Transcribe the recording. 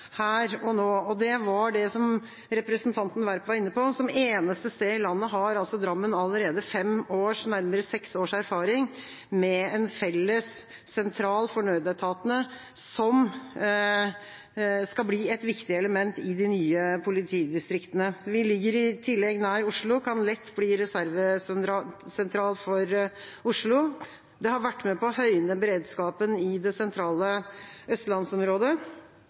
her og nå, og det var det som representanten Werp var inne på: Som eneste sted i landet har altså Drammen allerede nærmere seks års erfaring med en felles sentral for nødetatene, som skal bli et viktig element i de nye politidistriktene. Vi ligger i tillegg nær Oslo og kan lett bli reservesentral for Oslo. Det har vært med på å høyne beredskapen i det sentrale østlandsområdet,